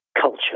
culture